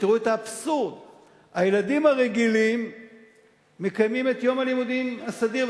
ותראו את האבסורד: לילדים הרגילים מקיימים את יום הלימודים הסדיר,